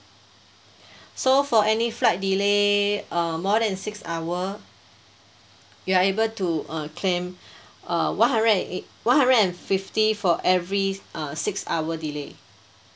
so for any flight delay uh more than six hour you are able to uh claim uh one hundred and eight one hundred and fifty for every uh six hour delay